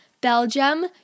Belgium